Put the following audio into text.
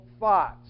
Thoughts